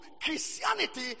Christianity